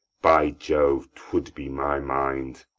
by jove, twould be my mind!